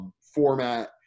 Format